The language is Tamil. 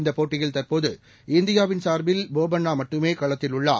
இந்த போட்டியில் தற்போது இந்தியாவின் சார்பில் போபண்ணா மட்டுமே களத்தில் உள்ளார்